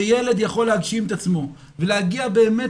שילד יכול להגשים את עצמו ולהגיע באמת